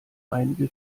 einige